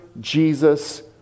Jesus